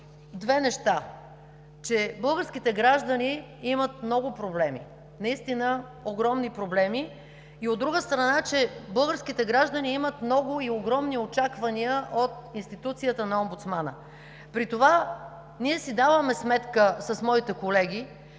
две неща, че българските граждани имат много проблеми, наистина огромни проблеми и, от друга страна, че българските граждани имат много и огромни очаквания от институцията на Омбудсмана. При това ние си даваме сметка с моите колеги,